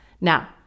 Now